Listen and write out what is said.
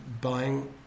buying